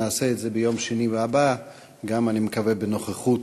נעשה את זה ביום שני הבא, אני מקווה שבנוכחות